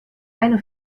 eine